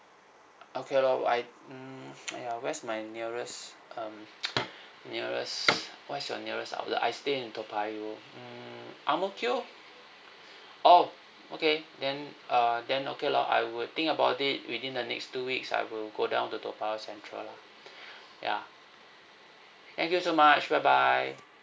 okay loh I mm !aiya! where's my nearest um nearest what is your nearest outlet I stay in toa payoh mm ang mo kio oh okay then err then okay loh I would think about it within the next two weeks I will go down to toa payoh central lah ya thank you so much bye bye